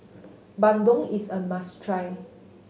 bandung is a must try